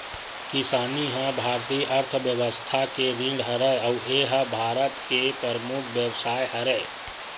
किसानी ह भारतीय अर्थबेवस्था के रीढ़ हरय अउ ए ह भारत के परमुख बेवसाय हरय